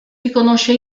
riconosce